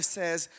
says